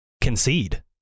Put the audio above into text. concede